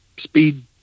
speed